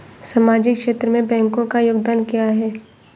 सामाजिक क्षेत्र में बैंकों का योगदान क्या है?